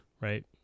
right